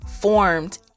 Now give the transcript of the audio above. formed